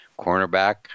cornerback